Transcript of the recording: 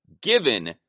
given